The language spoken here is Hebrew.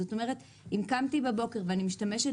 זאת אומרת, אם קמתי בבוקר ואני משתמשת